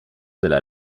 della